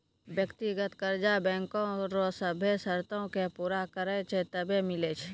व्यक्तिगत कर्जा बैंको रो सभ्भे सरतो के पूरा करै छै तबै मिलै छै